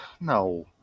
No